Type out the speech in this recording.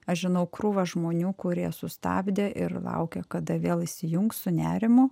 aš žinau krūvą žmonių kurie sustabdė ir laukia kada vėl įsijungs su nerimu